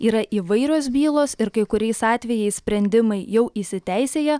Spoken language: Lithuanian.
yra įvairios bylos ir kai kuriais atvejais sprendimai jau įsiteisėję